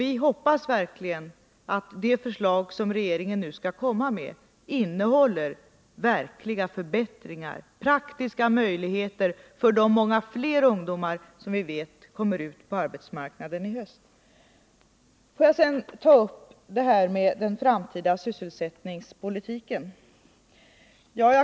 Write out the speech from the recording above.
Vi hoppas verkligen att det förslag som regeringen nu skall komma med innehåller verkliga förbättringar och praktiska möjligheter för de många fler ungdomar som vi vet kommer ut på arbetsmarknaden i höst. Får jag sedan ta upp den framtida sysselsättningspolitiken.